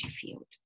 field